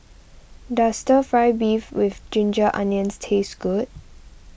does Stir Fry Beef with Ginger Onions taste good